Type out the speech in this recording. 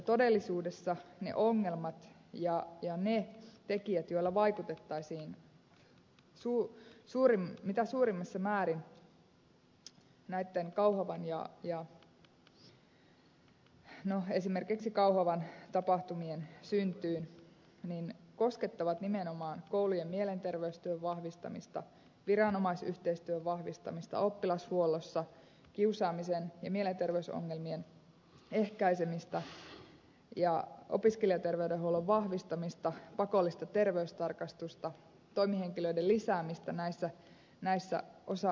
todellisuudessa ne ongelmat ja ne tekijät joilla vaikutettaisiin mitä suurimmassa määrin no esimerkiksi kauhavan tapahtumien syntyyn koskettavat nimenomaan koulujen mielenterveystyön vahvistamista viranomaisyhteistyön vahvistamista oppilashuollossa kiusaamisen ja mielenterveysongelmien ehkäisemistä ja opiskelijaterveydenhuollon vahvistamista pakollista terveystarkastusta toimihenkilöiden lisäämistä näillä osa alueilla